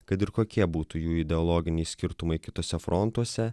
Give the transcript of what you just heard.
kad ir kokie būtų jų ideologiniai skirtumai kituose frontuose